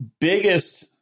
Biggest